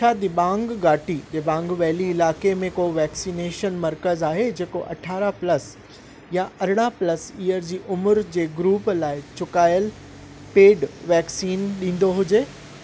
छा दिबांग घाटी दिबांग वैली इलाइक़े में को वैक्सीनेशन मर्कज़ु आहे जेको अठारह प्लस या अरिड़हां प्लस ईयर जी उमिरि जे ग्रुप लाइ चुकायलु पेड वैक्सीन ॾींदो हुजे